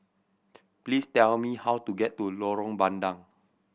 please tell me how to get to Lorong Bandang